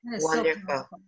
wonderful